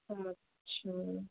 আচ্ছা